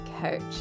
coach